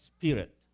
Spirit